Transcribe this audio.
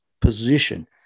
position